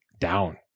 down